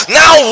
now